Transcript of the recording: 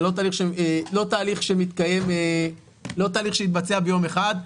זה לא תהליך שמתבצע ביום אחד,